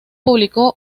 publicó